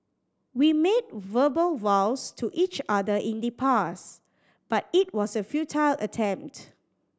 we made verbal vows to each other in the past but it was a futile attempt